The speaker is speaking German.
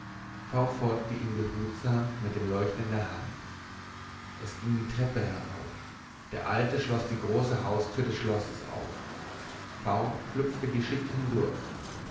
v folgte ihm behutsam mit dem leuchter in der hand es ging die treppe herab der alte schloß die große haupttür des schlosses auf v schlüpfte geschickt hindurch